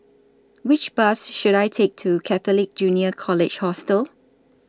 Which Bus should I Take to Catholic Junior College Hostel